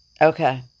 Okay